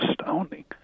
astounding